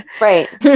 right